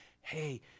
hey